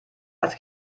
als